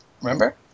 Remember